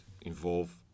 involve